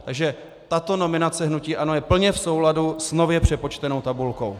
Takže tato nominace hnutí ANO je plně v souladu s nově přepočtenou tabulkou.